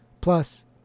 plus